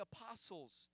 apostles